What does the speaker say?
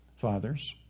fathers